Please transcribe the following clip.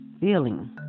feeling